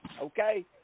okay